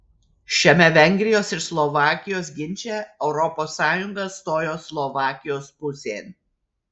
šiame vengrijos ir slovakijos ginče europos sąjunga stojo slovakijos pusėn